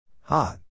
Hot